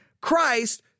Christ